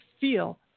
feel